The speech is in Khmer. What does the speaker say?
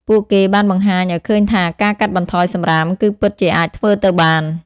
ពួកគេបានបង្ហាញឱ្យឃើញថាការកាត់បន្ថយសំរាមគឺពិតជាអាចធ្វើទៅបាន។